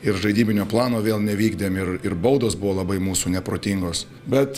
ir žaidybinio plano vėl nevykdėm ir ir baudos buvo labai mūsų neprotingos bet